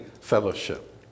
fellowship